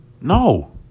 no